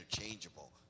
interchangeable